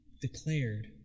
declared